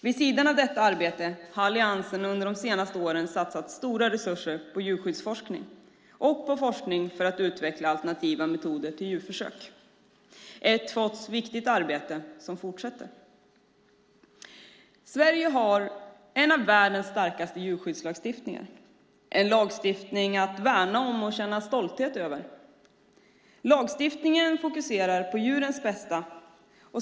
Vid sidan av detta arbete har Alliansen under de senaste åren satsat stora resurser på djurskyddsforskning och på forskning för att utveckla alternativa metoder till djurförsök, ett för oss viktigt arbete som fortsätter. Sverige har en av världens starkaste djurskyddslagstiftningar - en lagstiftning att värna om och känna stolthet över. Lagstiftningen fokuserar på djurens bästa.